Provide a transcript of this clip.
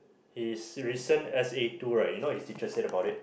his recent S_A Two right you know what his teacher said about it